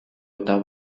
eta